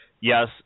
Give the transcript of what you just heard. yes